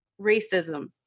racism